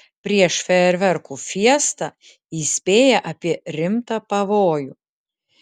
prieš fejerverkų fiestą įspėja apie rimtą pavojų